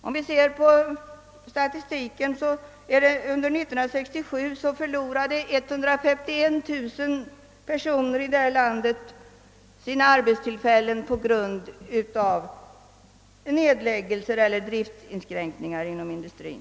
Om vi ser på statistiken, finner vi att under 1967 förlorade 151 000 personer i detta land sina arbetstillfällen på grund av nedläggelser eller driftinskränkningar inom industrin.